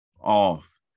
off